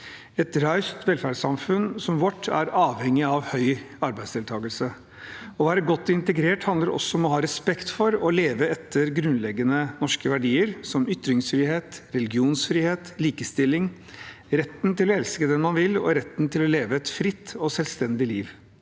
Et raust velferdssamfunn som vårt er avhengig av høy arbeidsdeltakelse. Å være godt integrert handler også om å ha respekt for og leve etter grunnleggende norske verdier, som ytringsfrihet, religionsfrihet, likestilling, retten til å elske den man vil, og retten til å leve et fritt og selvstendig liv,